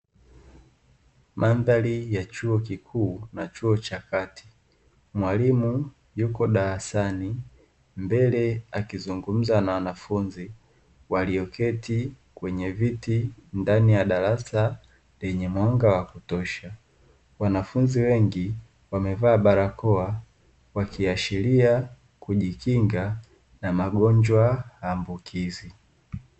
Mandhari ya chuo kikuu na chuo cha kati mwalimu yuko darasani mbele akizungumza na wanafunzi waliyoketi kwenye viti ndani ya darasa lenye mwanga wa kutosha. Wanafunzi wengi wamevaa barakoa wakiashiria kujikinga na magonjwa ambukizi.